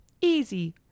easy